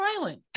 Island